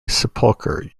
sepulchre